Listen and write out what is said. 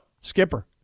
Skipper